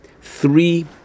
three